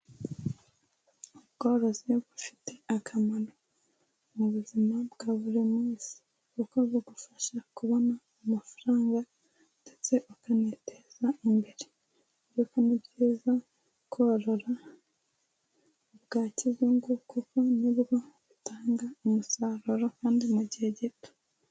Ubworozi bufite akamaro mu buzima bwa buri munsi. Kuko bugufasha kubona amafaranga ndetse ukaniteza imbere. Koko ni byiza korora bwa kizungu kuko ni bwo butanga umusaruro kandi mu gihe gito.